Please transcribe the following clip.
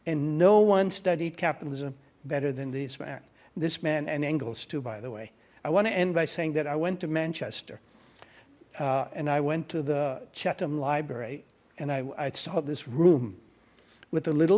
and no one studied capitalism better than this man this man and engels too by the way i want to end by saying that i went to manchester and i went to the chatham library and i saw this room with a little